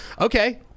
okay